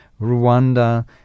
Rwanda